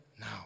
now